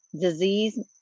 disease